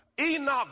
Enoch